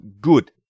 good